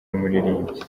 w’umuririmbyi